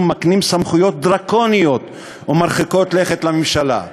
מקנים סמכויות דרקוניות ומרחיקות לכת לממשלה.